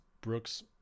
Brooks